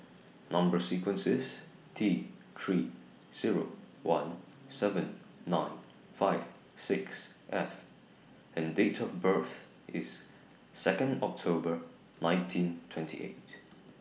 Number sequence IS T three Zero one seven nine five six F and Date of birth IS Second October nineteen twenty eight